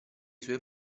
suoi